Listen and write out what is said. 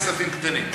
אלה כספים קטנים.